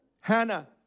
Hannah